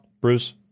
Bruce